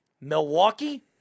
Milwaukee